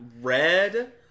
red